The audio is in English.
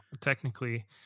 technically